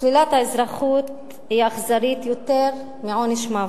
שלילת האזרחות היא אכזרית יותר מעונש מוות.